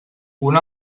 una